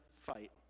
fight